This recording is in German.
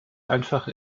einfach